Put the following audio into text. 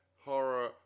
horror